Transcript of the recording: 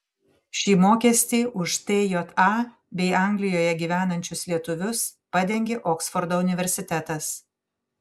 šį mokestį už tja bei anglijoje gyvenančius lietuvius padengė oksfordo universitetas